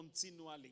Continually